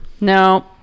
No